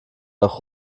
nach